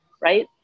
right